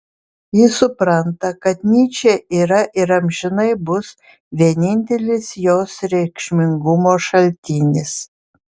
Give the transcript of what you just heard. ji supranta kad nyčė yra ir amžinai bus vienintelis jos reikšmingumo šaltinis